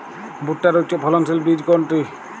ভূট্টার উচ্চফলনশীল বীজ কোনটি?